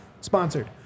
sponsored